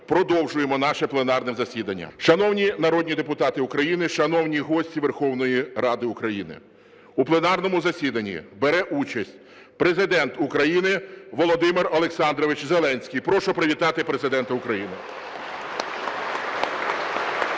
відповідно до схеми укриття. Шановні народні депутати України, шановні гості Верховної Ради України, у пленарному засіданні бере участь Президент України Володимир Олександрович Зеленський. Прошу привітати Президента України.